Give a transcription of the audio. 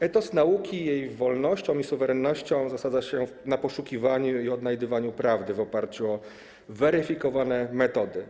Etos nauki z jej wolnością i suwerennością zasadza się na poszukiwaniu i odnajdywaniu prawdy w oparciu o weryfikowalne metody.